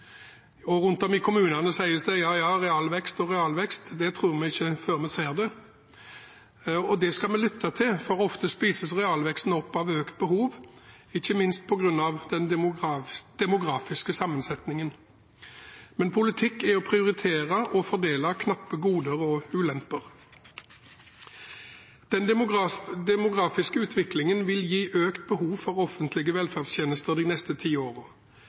jevne. Rundt om i kommunene sies det: Jaja, realvekst og realvekst, det tror vi ikke før vi ser det. Og det skal vi lytte til, for ofte spises realveksten opp av økt behov, ikke minst på grunn av den demografiske sammensetningen. Men politikk er å prioritere og fordele knappe goder og ulemper. Den demografiske utviklingen vil gi økt behov for offentlige velferdstjenester de neste